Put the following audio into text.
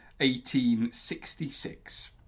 1866